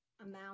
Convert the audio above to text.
Amount